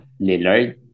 Lillard